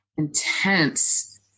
intense